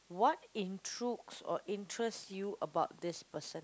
what intrigues or interest you about this person